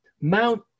Mount